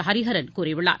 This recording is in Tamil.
ஹரிகரன் கூறியுள்ளார்